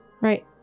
right